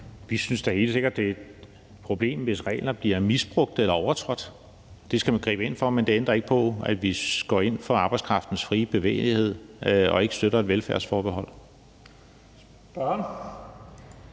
Vi synes da helt sikkert, det er et problem, hvis regler bliver misbrugt eller overtrådt. Det skal man gribe ind over for. Men det ændrer ikke på, at vi går ind for arbejdskraftens frie bevægelighed og ikke støtter et velfærdsforbehold.